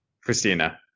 Christina